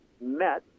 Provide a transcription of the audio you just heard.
met